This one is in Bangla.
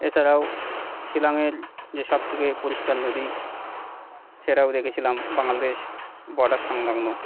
এছাড়াও শিলংয়ের যে সব থেকে পরিষ্কার নদী সেটাও দেখেছিলাম বাংলাদেশ বর্ডার সংলগ্ন